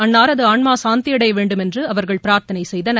அன்னாரது ஆன்மா சாந்தியடைய வேண்டும் என்று அவர்கள் பிரார்த்தனை செய்தனர்